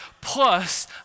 plus